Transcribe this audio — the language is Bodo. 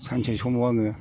सानसे समाव आङो